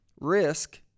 risk